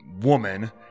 woman